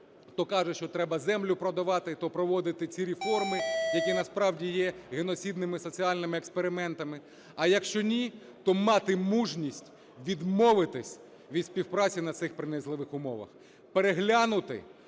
хто каже, що треба землю продавати, то проводити ці реформи, які насправді є геноцидними соціальними експериментами. А якщо ні, то мати мужність відмовитись від співпраці на цих принизливих умовах, переглянути